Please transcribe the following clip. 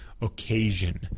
Occasion